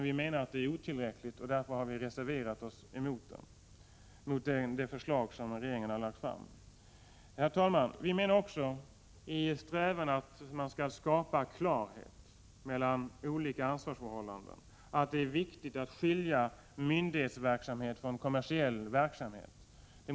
Vi menar dock att det är otillräckligt, och därför har vi reserverat oss mot det förslag som regeringen för fram. Vi menar också, i strävan att skapa klarhet i olika ansvarsförhållanden, att det är viktigt att skilja myndighetsverksamhet från kommersiell verksamhet.